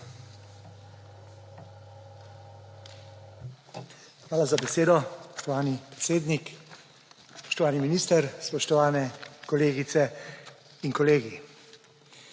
Hvala za besedo, spoštovani predsednik. Spoštovani minister, spoštovane kolegice in kolegi!